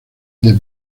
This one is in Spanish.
del